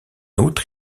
outre